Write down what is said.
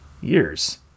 years